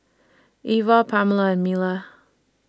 Eva Pamela and Mila